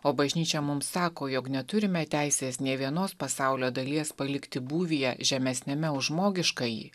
o bažnyčia mums sako jog neturime teisės nei vienos pasaulio dalies palikti būvyje žemesniame už žmogiškąjį